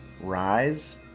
rise